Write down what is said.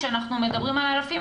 כשאנחנו מדברים על אלפים.